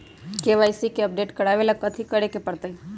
KYC के update करवावेला कथि करें के परतई?